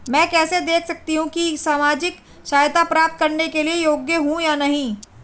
मैं कैसे देख सकती हूँ कि मैं सामाजिक सहायता प्राप्त करने के योग्य हूँ या नहीं?